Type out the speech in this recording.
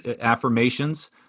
affirmations